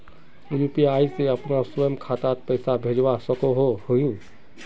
UPI से अपना स्वयं खातात पैसा भेजवा सकोहो ही?